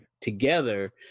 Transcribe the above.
together